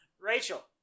Rachel